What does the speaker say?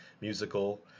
musical